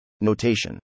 Notation